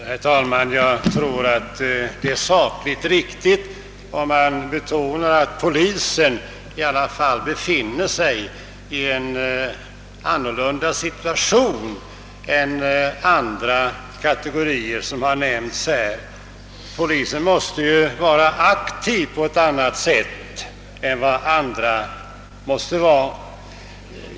Herr talman! Jag tror att det är sakligt riktigt när man betonar att polisen i jämförelse med de andra kategorier, som har nämnts här, i alla fall befinner sig i en situation som är annorlunda. Polisen måste ju vara aktiv på ett annat sätt än vad andra måste vara.